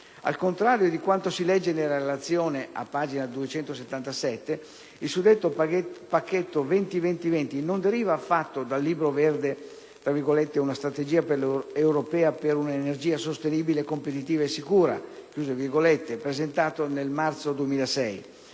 Al contrario di quanto si legge nella Relazione, a pagina 277, il suddetto pacchetto «20-20-20» non deriva affatto dal Libro verde «Una strategia europea per una energia sostenibile competitiva e sicura», presentato nel marzo 2006.